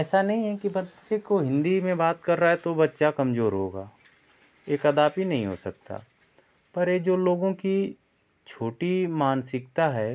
ऐसा नहीं है कि बच्चे को हिन्दी में बात कर रहा है तो बच्चा कमजोर होगा ये कदापि नहीं हो सकता पर ये जो लोगों की छोटी मानसिकता है